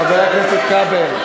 חבר הכנסת כבל.